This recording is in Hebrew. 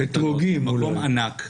זה מקום ענק,